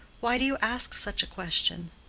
why do you ask such a question?